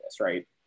right